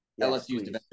LSU